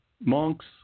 monks